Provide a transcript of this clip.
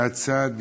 מהצד,